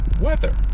weather